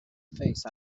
face